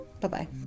Bye-bye